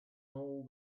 all